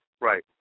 Right